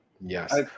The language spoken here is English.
Yes